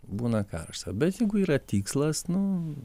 būna karšta bet jeigu yra tikslas nu